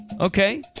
Okay